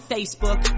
Facebook